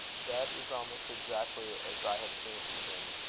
that is almost exactly as i had fancied him.